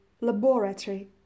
laboratory